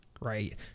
right